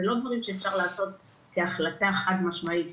אלו לא דברים שאפשר לעשות כהחלטה חד משמעית,